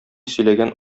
сөйләгән